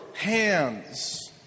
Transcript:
hands